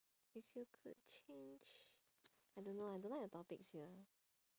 if you could change I don't know I don't like the topics here